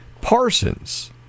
Parsons